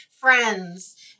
friends